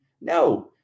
No